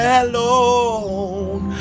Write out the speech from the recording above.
alone